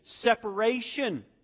Separation